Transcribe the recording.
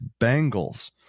Bengals